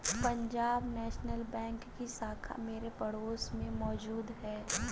Punjab national bank की शाखा मेरे पड़ोस में मौजूद है